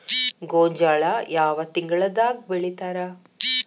ಗೋಂಜಾಳ ಯಾವ ತಿಂಗಳದಾಗ್ ಬೆಳಿತಾರ?